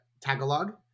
Tagalog